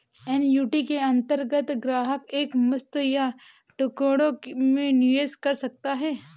annuity के अंतर्गत ग्राहक एक मुश्त या टुकड़ों में निवेश कर सकता है